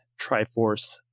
triforce